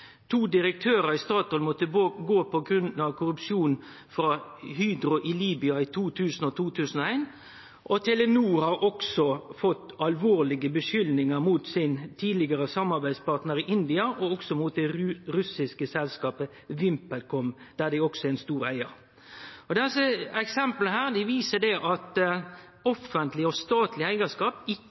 To direktørar i Statoil måtte gå frå Hydro på grunn av korrupsjon i Libya i 2001. Telenor har også fått alvorlege skuldingar mot sin tidlegare samarbeidspartnar i India og også mot det russiske selskapet VimpelCom, der dei også er ein stor eigar. Desse eksempla viser at offentleg og statleg eigarskap ikkje er nokon garanti mot at det